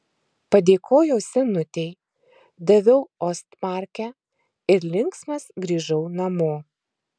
padėkojau senutei daviau ostmarkę ir linksmas grįžau namo